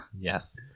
Yes